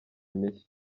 mishya